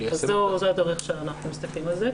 זו הדרך שאנחנו מסתכלים על זה,